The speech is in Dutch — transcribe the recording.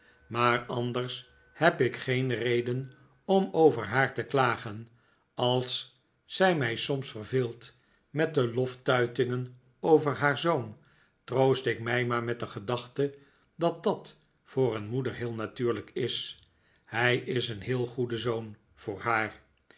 maar anders heb ik geen reden om over haar te klagen als zij mij soms verveelt met de loftuitingen over haar zoon troost ik mij maar met de gedachte dat dat voor een moeder heel natuurlijk is hij is een heel goede zoon voor haar